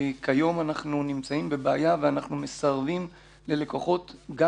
כיום אנחנו נמצאים בבעיה ואנחנו מסרבים ללקוחות גם